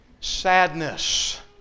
Sadness